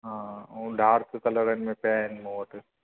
हा ऐं dark colour बचा आहिनि मूं वटि